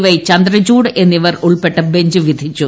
Y Chandrachud എന്നിവർ ഉൾപ്പെട്ട bench വിധിച്ചു